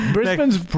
Brisbane's